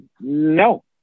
no